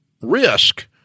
risk